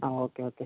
ആ okay okay